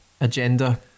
agenda